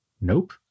Nope